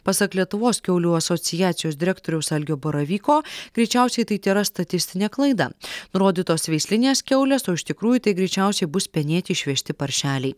pasak lietuvos kiaulių asociacijos direktoriaus algio baravyko greičiausiai tai tėra statistinė klaida rodytos veislinės kiaulės o iš tikrųjų tai greičiausiai bus penėt išvežti paršeliai